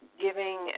giving